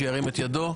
ההצעה, שירים את ידו.